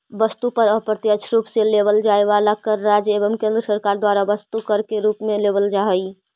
वस्तु पर अप्रत्यक्ष रूप से लेवल जाए वाला कर राज्य एवं केंद्र सरकार द्वारा वस्तु कर के रूप में लेवल जा हई